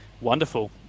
Wonderful